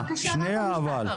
בבקשה רק עוד משפט.